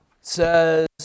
says